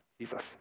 Jesus